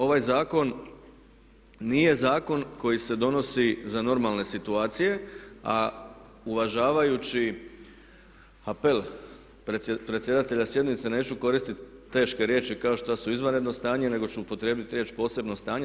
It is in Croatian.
Ovaj zakon nije zakon koji se donosi za normalne situacije a uvažavajući apel predsjedatelja sjednice, neću koristi teške riječi kao što su izvanredno stanje, nego ću upotrijebiti riječ posebno stanje.